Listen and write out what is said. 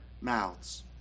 mouths